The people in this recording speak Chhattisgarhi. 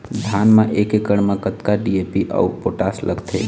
धान म एक एकड़ म कतका डी.ए.पी अऊ पोटास लगथे?